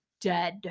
dead